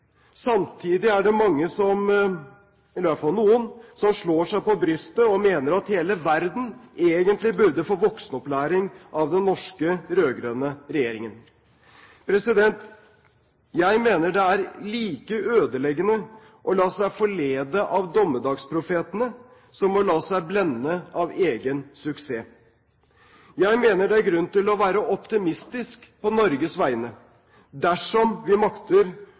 Samtidig er det mange, i hvert fall noen, som slår seg på brystet og mener at hele verden egentlig burde få voksenopplæring av den norske rød-grønne regjeringen. Jeg mener det er like ødeleggende å la seg forlede av dommedagsprofetene som å la seg blende av egen suksess. Jeg mener det er grunn til å være optimistisk på Norges vegne dersom vi makter